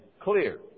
clear